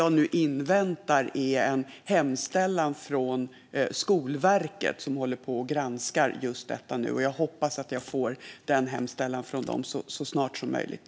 Jag inväntar nu en hemställan från Skolverket, som håller på att granska detta, och jag hoppas att jag får denna hemställan från dem så snart som möjligt.